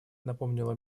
напомнила